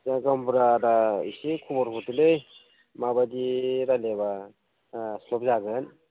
दा गावबुरा आदा एसे खबर हरदोलै माबायदि रायज्लायब्ला सल्भ जागोन